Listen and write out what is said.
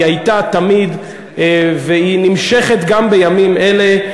היא הייתה תמיד והיא נמשכת גם בימים אלה: